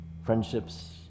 Friendships